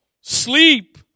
sleep